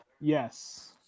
yes